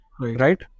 right